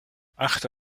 achte